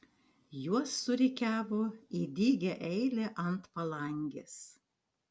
juos surikiavo į dygią eilę ant palangės